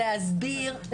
להסביר,